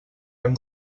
hem